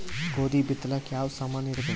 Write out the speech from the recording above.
ಗೋಧಿ ಬಿತ್ತಲಾಕ ಯಾವ ಸಾಮಾನಿರಬೇಕು?